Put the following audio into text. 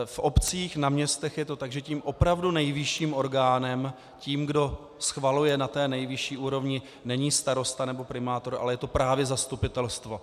V obcích, na městech je to tak, že tím opravdu nejvyšším orgánem, tím, kdo schvaluje na té nejvyšší úrovni, není starosta nebo primátor, ale je to právě zastupitelstvo.